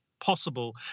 possible